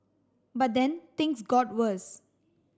but then things got worse